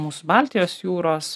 mūsų baltijos jūros